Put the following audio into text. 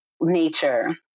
nature